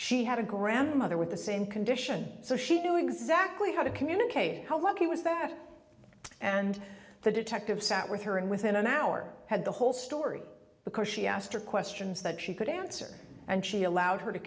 she had a grandmother with the same condition so she do exactly how to communicate how lucky was that and the detective sat with her and within an hour had the whole story because she asked her questions that she could answer and she allowed her to